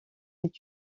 est